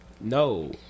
no